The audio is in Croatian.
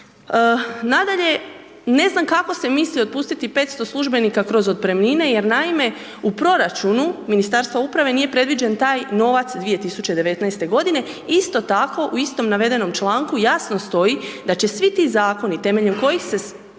Nadalje, ne znam kako se misli otpustiti 500 službenika kroz otpremnine jer naime, u proračunu Ministarstva uprave nije predviđen taj novac 2019. Isto tako, u istom navedenom članku jasno stoji da će svi ti zakoni temeljem kojih se